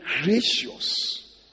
gracious